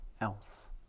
else